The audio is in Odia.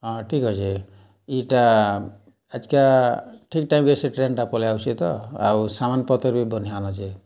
ହଁ ଠିକ୍ ଅଛେ ଇଟା ଆଜିକା ଠିକ୍ ଟାଇମ୍କେ ସେ ଟ୍ରେନ୍ଟା ପଳେଇ ଆସୁଚେ ତ ଆଉ ସାମାନ୍ ପତର୍ ବି ବନେ ଅଛେ